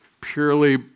purely